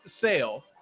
sale